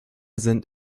sind